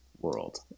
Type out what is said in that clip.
world